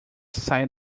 sight